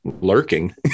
lurking